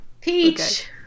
Peach